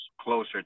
closer